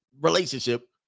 Relationship